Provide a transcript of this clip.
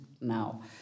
now